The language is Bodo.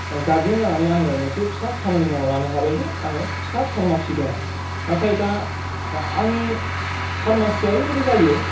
गार्जेन जानानै आं मोनसे फिसा खामानि मावना लानो हाबाय जे फिसा फारमासि दङ नाथाय दा आंनि फारमासिआ ओरैबोदि जायो